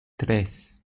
tres